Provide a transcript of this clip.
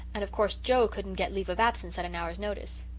and of course, joe couldn't get leave of absence at an hour's notice.